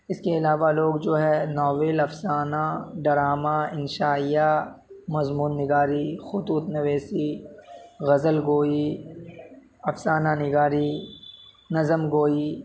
اس کے علاوہ لوگ جو ہے ناول افسانہ ڈراما انشائیہ مضمون نگاری خطوط نویسی غزل گوئی افسانہ نگاری نظم گوئی